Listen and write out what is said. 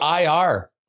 IR